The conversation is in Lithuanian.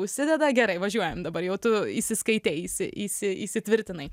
užsideda gerai važiuojam dabar jau tu įsiskaitei įsi įsi įsitvirtinai